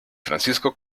francisco